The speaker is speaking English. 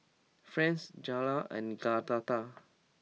Frances Jayla and Agatha